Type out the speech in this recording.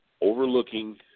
overlooking